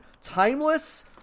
timeless